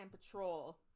patrol